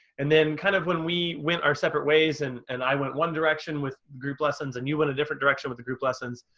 and then kind of when we went our separate ways and and i went one direction with group lessons and you went a different direction with the group lessons,